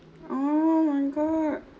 oh my god